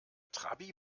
trabi